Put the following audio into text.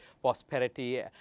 prosperity